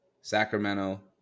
Sacramento